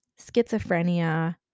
schizophrenia